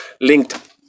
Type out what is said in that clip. linked